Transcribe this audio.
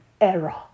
error